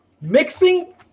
Mixing